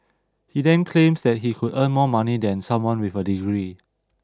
he then claims that he could earn more money than someone with a degree